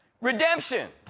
Redemption